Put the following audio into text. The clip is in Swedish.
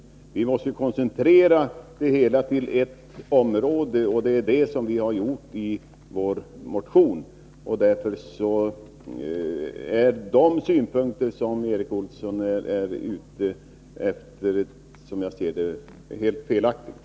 Vi menar dock att man måste koncentrera verksamheten till ett område, och det är det som vi har föreslagit i vår motion. Som jag ser det är således de synpunkter som Erik Olsson fört fram helt felaktiga.